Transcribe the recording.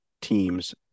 teams